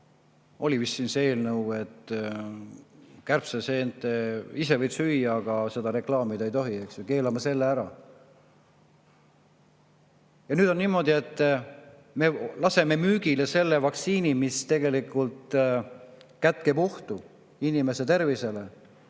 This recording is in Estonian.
Oli vist siin see eelnõu, et kärbseseent ise võid süüa, aga seda reklaamida ei tohi. Keelame selle ära. Ja nüüd on niimoodi, et me laseme müügile selle vaktsiini, mis tegelikult kätkeb ohtu inimese tervisele,